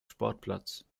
sportplatz